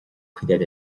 cuid